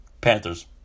Panthers